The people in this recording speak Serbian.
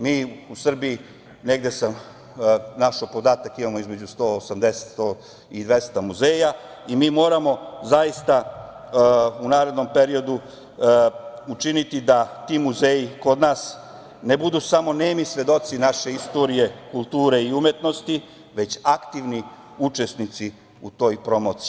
Mi u Srbiji, negde sam našao podatak, imamo između 180 i 200 muzeja i moramo zaista u narednom periodu učiniti da ti muzeji kod nas ne budu samo nemi svedoci naše istorije, kulture i umetnosti, već aktivni učesnici u toj promociji.